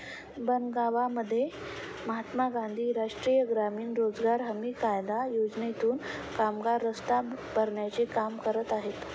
बनगावमध्ये महात्मा गांधी राष्ट्रीय ग्रामीण रोजगार हमी कायदा योजनेतून कामगार रस्ता भरण्याचे काम करत आहेत